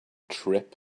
trip